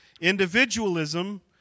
Individualism